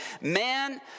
man